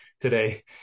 today